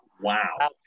Wow